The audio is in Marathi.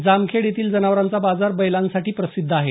जामखेड येथील जनावरांचा बाजार बैलांसाठी प्रसिद्ध आहे